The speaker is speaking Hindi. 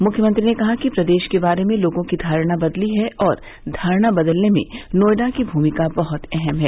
मुख्यमंत्री ने कहा कि प्रदेश के बारे में लोगों की धारणा बदली है और धारणा बदलने में नोएडा की भूमिका बहत अहम है